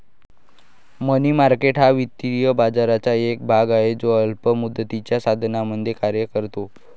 मनी market हा वित्तीय बाजाराचा एक भाग आहे जो अल्प मुदतीच्या साधनांमध्ये कार्य करतो